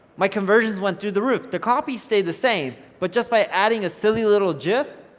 my conversions went through the roof. the copy stayed the same, but just by adding a silly little gif,